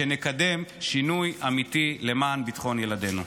שנקדם שינוי אמיתי למען ביטחון ילדינו.